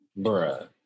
Bruh